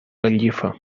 gallifa